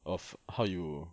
of how you